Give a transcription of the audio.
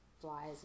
flies